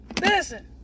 Listen